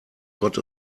got